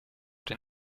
den